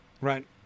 right